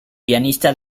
pianista